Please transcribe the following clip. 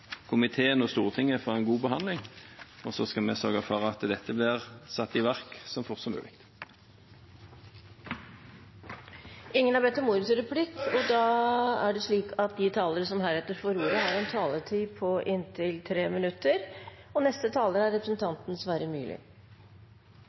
komiteen og Stortinget for en god behandling, og så skal vi sørge for at dette blir satt i verk så fort som mulig. De talere som heretter får ordet,